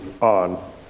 on